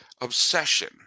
obsession